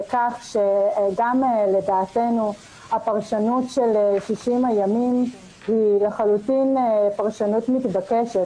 וגם לדעתנו הפרשנות של 60 הימים היא לחלוטין פרשנות מתבקשת.